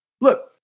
look